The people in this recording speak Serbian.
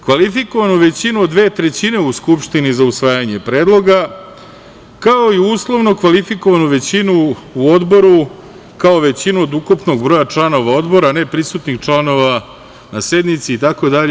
Kvalifikovana većina od dve trećine u Skupštini za usvajanje predloga, kao i uslovnu kvalifikovanu većinu u odboru, kao većinu od ukupnog broja članova odbora, a ne prisutnih članova na sednici itd.